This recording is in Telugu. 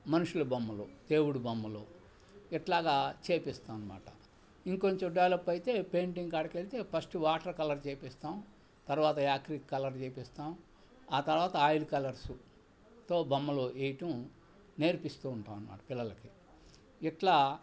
మనుషుల బొమ్మలు దేవుడు బొమ్మలు ఇట్లాగా చేపిస్తాం అనమాట ఇంకొంచెం డెవలప్ అయితే పెయింటింగ్ కాడికెళ్తే ఫస్ట్ వాటర్ కలర్ చేపిస్తాం తర్వాత యాక్రిక్ కలర్ చేపిస్తాం ఆ తర్వాత ఆయిల్ కలర్సుతో బొమ్మలు వేయటం నేర్పిస్తూ ఉంటామనమాట పిల్లలకి ఇట్లా